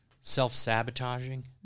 self-sabotaging